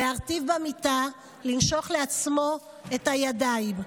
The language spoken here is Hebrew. להרטיב במיטה ולנשוך לעצמו את הידיים.